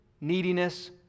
neediness